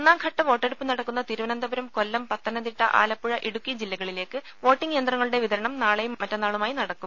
ഒന്നാം ഘട്ട വോട്ടെടുപ്പ് നടക്കുന്ന തിരുവനന്തപുരം കൊല്ലം പത്തനംതിട്ട ആലപ്പുഴ ഇടുക്കി ജില്ലകളിലേക്ക് വോട്ടിംഗ് യന്ത്രങ്ങളുടെ വിതരണം നാളെയും മറ്റന്നാളുമായി നടക്കും